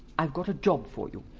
i've got a job for you.